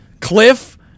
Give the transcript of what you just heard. Cliff